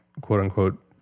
quote-unquote